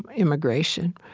immigration.